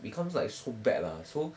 becomes like so bad lah so